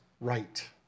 right